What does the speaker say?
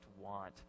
want